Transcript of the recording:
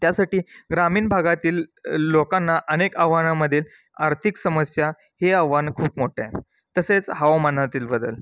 त्यासाठी ग्रामीण भागातील लोकांना अनेक आव्हानामधील आर्थिक समस्या हे आव्हानं खूप मोठं आहे तसेच हवामानातील बदल